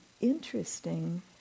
interesting